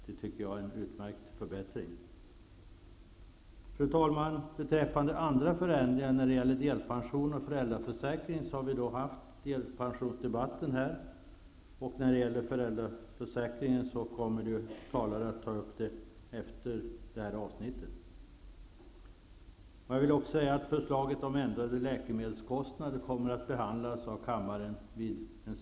Det tycker jag är en utmärkt förbättring. Fru talman! Beträffande andra förändringar som föreslås vill jag säga att delpensionen har debatterats här och att andra talare kommer att ta upp frågorna kring föräldraförsäkringen. Förslag om ändrade läkemedelskostnader kommer att behandlas av kammaren vid en senare tidpunkt.